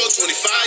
25